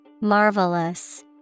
Marvelous